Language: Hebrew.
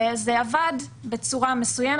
זה עבד בצורה מסוימת.